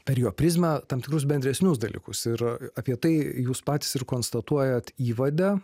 per jo prizmę tam tikrus bendresnius dalykus ir apie tai jūs patys ir konstatuojat įvade